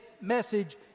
message